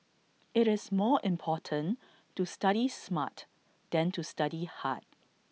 IT is more important to study smart than to study hard